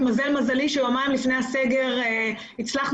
התמזל מזלי שיומיים לפני הסגר הצלחנו